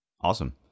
Awesome